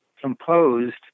composed